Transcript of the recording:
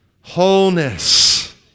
Wholeness